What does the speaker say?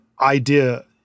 idea